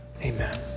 Amen